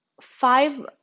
five